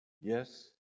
Yes